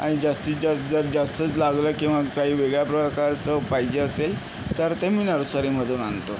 आणि जास्तीत जास्त जर जास्तच लागलं किंवा काही वेगळ्या प्रकारचं पाहिजे असेल तर ते मी नर्सरीमधून आणतो